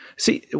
See